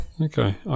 Okay